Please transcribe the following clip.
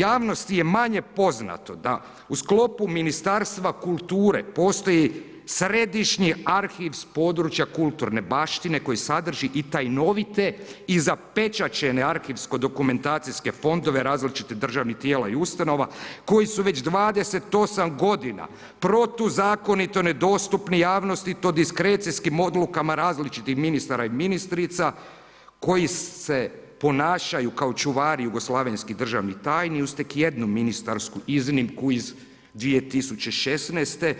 Javnosti je manje poznato da u sklopu Ministarstva kulture postoji središnji arhiv s područja kulturne baštine koji sadrži i tajnovite i zapečaćene arhivsko dokumentacijske fondove različitih državnih tijela i ustanova koji su već 28 godina protuzakonito nedostupni javnosti i to diskrecijskim odlukama različitih ministara i ministrica koji se ponašaju kao čuvari jugoslavenskih državnih tajni uz tek jednu ministarsku iznimku iz 2016.,